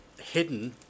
hidden